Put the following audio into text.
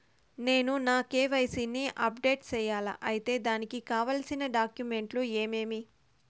నేను నా కె.వై.సి ని అప్డేట్ సేయాలా? అయితే దానికి కావాల్సిన డాక్యుమెంట్లు ఏమేమీ?